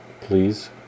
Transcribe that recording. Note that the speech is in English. please